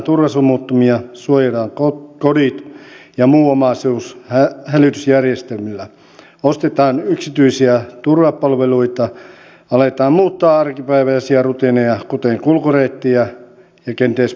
hankitaan turvasumuttimia suojataan kodit ja muu omaisuus hälytysjärjestelmillä ostetaan yksityisiä turvapalveluita aletaan muuttaa arkipäiväisiä rutiineja kuten kulkureittejä ja kenties pukeutumistakin